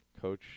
Coach